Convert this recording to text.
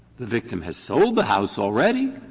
the victim has sold the house already,